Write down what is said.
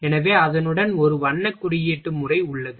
எனவே அதனுடன் ஒரு வண்ண குறியீட்டு முறை உள்ளது